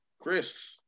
Chris